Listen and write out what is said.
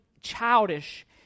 childish